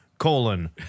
Colon